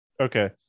Okay